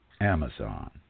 Amazon